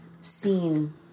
seen